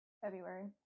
February